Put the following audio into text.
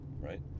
right